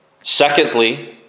Secondly